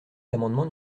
l’amendement